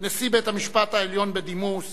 נשיא בית-המשפט העליון בדימוס